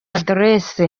address